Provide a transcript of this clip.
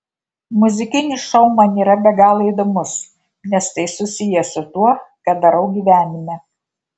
muzikinis šou man yra be galo įdomus nes tai susiję su tuo ką darau gyvenime